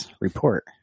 report